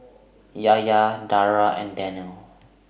Yahya Dara and Daniel